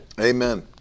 Amen